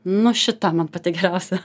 nu šita man pati geriausia